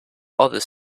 others